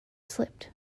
slipped